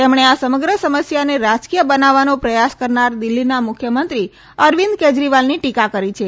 તેમણે આ સમગ્ર સમસ્યાને રાજકીય બનાવવાનો પ્રયાસ કરનાર દિલ્ઠીના મુખ્યમંત્રી અરવિંદ કેજરીવાલની ટીકા કરી છે